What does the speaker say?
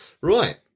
Right